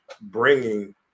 bringing